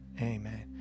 amen